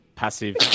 Passive